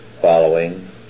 following